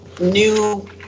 new